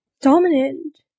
Dominant